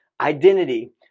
identity